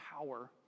power